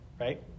right